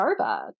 Starbucks